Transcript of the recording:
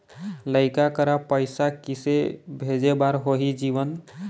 लइका करा पैसा किसे भेजे बार होही जीवन